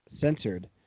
Censored